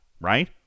right